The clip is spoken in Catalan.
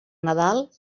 nadal